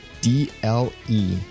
d-l-e